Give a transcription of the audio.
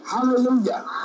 Hallelujah